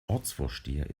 ortsvorsteher